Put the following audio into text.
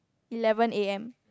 eleven A_M